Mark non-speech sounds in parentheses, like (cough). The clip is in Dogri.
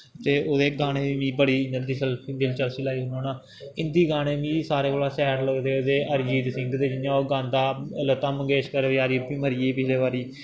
ते ओह्दे गाने बी मिगी बड़े (unintelligible) हिन्दी गाने मिगी सारे कोला शैल लगदे ते अरजीत सिंह दे जियां ओह् गांदा लता मंगेशकर बचैरी उब्बी मरी गेई पिछले बारी